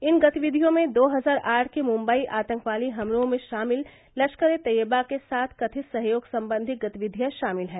इन गतिविधियों में दो हजार आठ के मुम्बई आतंकवादी हमलों में शामिल लश्कर ए तैयबा के साथ कथित सहयोग संबंधी गतिविधियां शामिल हैं